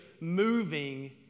moving